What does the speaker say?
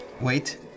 Wait